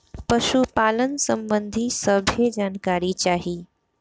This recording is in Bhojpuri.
पशुपालन सबंधी सभे जानकारी चाही?